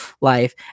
life